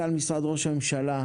הממשלה,